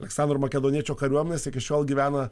aleksandro makedoniečio kariuomenės iki šiol gyvena